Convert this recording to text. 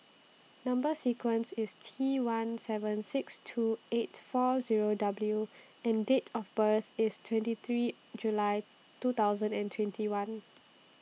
Number sequence IS T one seven six two eight four Zero W and Date of birth IS twenty three July two thousand and twenty one